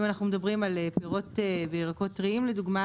אם אנחנו מדברים על פירות וירקות טריים לדוגמה,